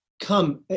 come